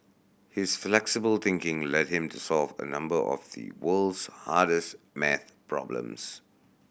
his flexible thinking led him to solve a number of the world's hardest maths problems